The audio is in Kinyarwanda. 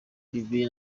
bibiri